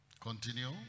continue